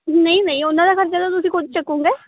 ਨਹੀਂ ਨਹੀਂ ਉਹਨਾਂ ਦਾ ਖਰਚਾ ਤਾਂ ਤੁਸੀਂ ਖੁਦ ਚੁੱਕੋਗੇ